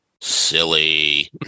Silly